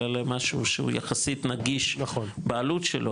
אלא למשהו שהוא יחסית נגיש בעלות שלו